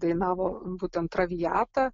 dainavo būtent traviatą